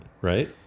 Right